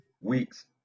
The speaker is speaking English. week's